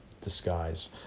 disguise